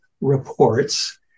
reports